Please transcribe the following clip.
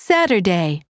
Saturday